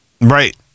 Right